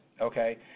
okay